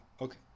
Okay